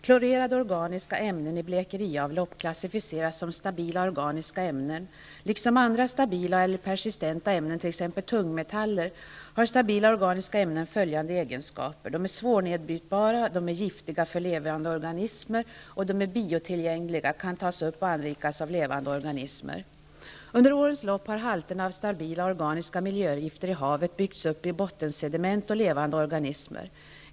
Klorerade organiska ämnen i blekeriavlopp klassificeras som stabila organiska ämnen. Liksom andra stabila eller persistenta ämnen, t.ex. tungmetaller, har stabila organiska ämnen följande egenskaper. De är svårnedbrytbara, och de är giftiga för levande organismer. De är vidare biotillgängliga, dvs. de kan tas upp och anrikas av levande organismer. Under årens lopp har halterna av stabila organiska miljögifter i havet byggts upp i bottensediment och i levande organismer.